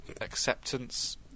acceptance